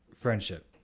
friendship